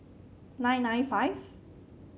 nine nine five